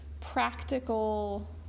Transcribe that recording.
practical